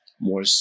more